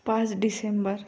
पाच डिसेंबर